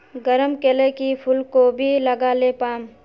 गरम कले की फूलकोबी लगाले पाम?